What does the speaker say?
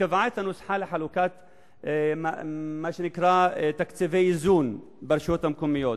שקבעה את הנוסחה לחלוקת מה שנקרא "תקציבי איזון ברשויות המקומיות".